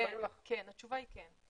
התשובה היא כן.